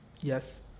yes